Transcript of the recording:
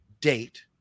date